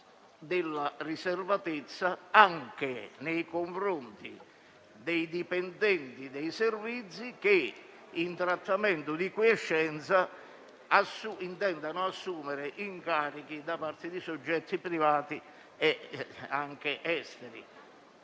della riservatezza anche nei confronti dei dipendenti dei Servizi che, in trattamento di quiescenza, intendano assumere incarichi da parte di soggetti privati, anche esteri.